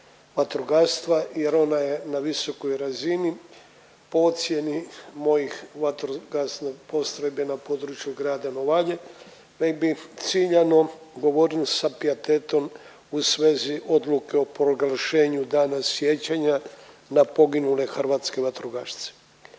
vatrogastva jer ona je na visokoj razini po ocjeni mojih vatrogasne postrojbe na području grada Novalje već bi ciljano govorio sa pijetetom u svezi Odluke o proglašenju Dana sjećanja na poginule hrvatske vatrogasce.